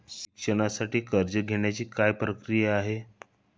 शिक्षणासाठी कर्ज घेण्याची काय प्रक्रिया आहे?